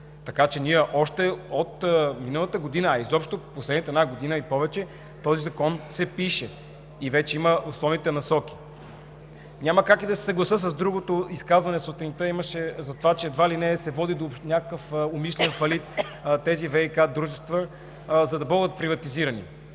Ние още от миналата година, а изобщо в последната една година и повече, този закон се пише. Вече има основните насоки. Няма как да се съглася и с другото изказване сутринта, че едва ли не се водят до някакъв умишлен фалит тези ВиК дружества, за да бъдат приватизирани.